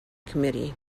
committee